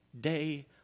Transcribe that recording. day